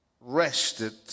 rested